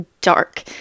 dark